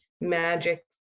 magic